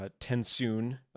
Tensoon